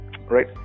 right